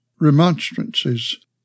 remonstrances